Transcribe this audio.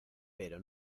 pero